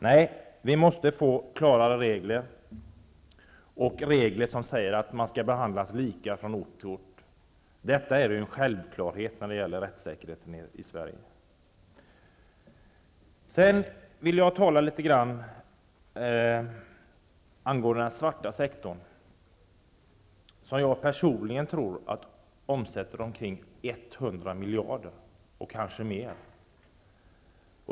Nej, vi måste få klarare regler som säger att man skall behandlas lika från ort till ort. Detta är en självklarhet när det gäller rättssäkerheten i Sverige. Sedan vill jag tala litet grand om den svarta sektorn. Jag tror personligen att den omsätter omkring 100 miljarder kronor och kanske mer.